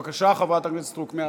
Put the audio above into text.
בבקשה, חברת הכנסת סטרוק.